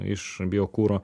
iš biokuro